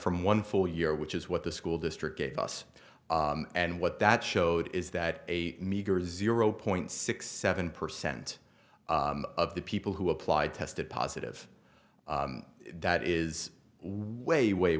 from one full year which is what the school district gave us and what that showed is that a meager zero point six seven percent of the people who applied tested positive that is way way